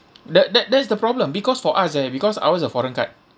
that that that's the problem because for us eh because ours a foreign card